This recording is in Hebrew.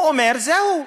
הוא אומר: זהו.